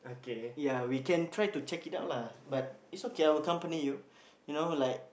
ya we can try to check it out lah but it's okay I'll accompany you you know like